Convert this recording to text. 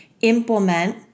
implement